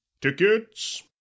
Tickets